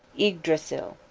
yggdrasil,